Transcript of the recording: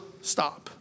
stop